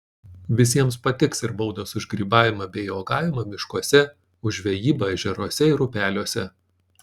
visiems patiks ir baudos už grybavimą bei uogavimą miškuose už žvejybą ežeruose ir upeliuose